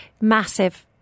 Massive